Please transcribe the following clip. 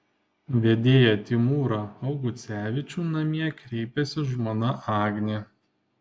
vedėją timūrą augucevičių namie kreipiasi žmona agnė